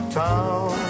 town